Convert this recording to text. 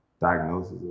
diagnosis